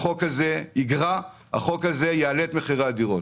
והחוק הזה יעלה את מחירי הדירות.